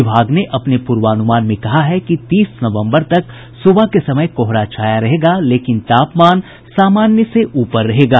विभाग ने अपने पूर्वानुमान में कहा है कि तीस नवम्बर तक सुबह के समय कोहरा छाया रहेगा लेकिन तापमान सामान्य से ऊपर रहेगा